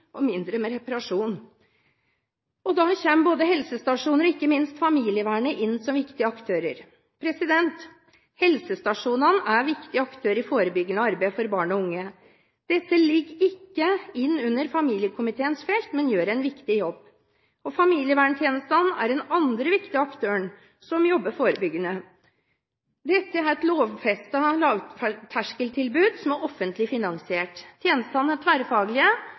og mindre med reparasjon. Da kommer både helsestasjoner og ikke minst familievernet inn som viktige aktører. Helsestasjonene er en viktig aktør i forebyggende arbeid for barn og unge. Disse ligger ikke innunder familiekomiteens felt, men gjør en viktig jobb. Familieverntjenesten er den andre viktige aktøren som jobber forebyggende. Dette er et lovfestet lavterskeltilbud som er offentlig finansiert.